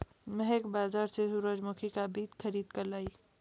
महक बाजार से सूरजमुखी का बीज खरीद कर लाई